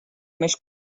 més